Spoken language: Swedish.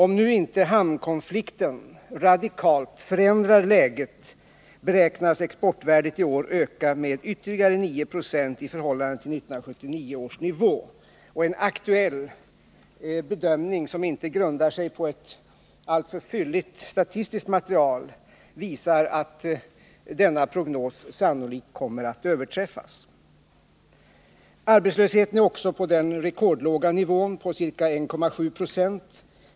Om nu inte hamnkonflikten radikalt förändrar läget, beräknas exportvärdet i år öka med ytterligare 9 90 i förhållande till 1979 års nivå. En aktuell bedömning, som dock inte grundar sig på ett alltför fylligt statistiskt material, visar att denna prognos sannolikt kommer att överträffas. Arbetslösheten är också på den rekordlåga nivån ca 1,7 90.